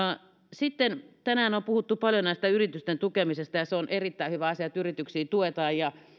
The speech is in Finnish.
sitten tänään on puhuttu paljon yritysten tukemisesta ja se on erittäin hyvä asia että yrityksiä tuetaan